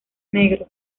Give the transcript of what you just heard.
negros